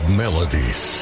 melodies